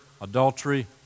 adultery